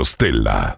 Stella